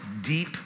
deep